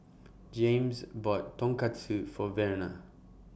Jaymes bought Tonkatsu For Verna